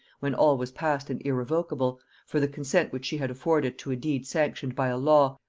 when all was past and irrevocable, for the consent which she had afforded to a deed sanctioned by a law,